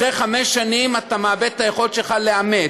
אחרי חמש שנים אתה מאבד את היכולת שלך לאמת,